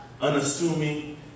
unassuming